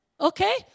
Okay